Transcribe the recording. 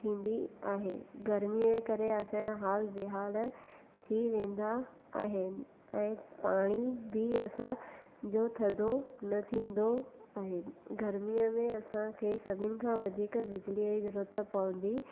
थींदी आहे गर्मीअ जे करे असांजा हालु बेहालु थी वेंदा आहिनि ऐं पाणी बि असां जो थधो न थींदो आहे गर्मीअ में असांखे सभिनी खां वधीक बिजलीअ जी ज़रूरत पवंदी